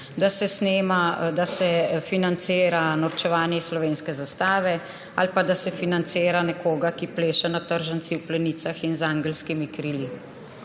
da se financira norčevanje iz slovenske zastave ali pa da se financira nekoga, ki pleše na tržnici v plenicah in z angelskimi krili.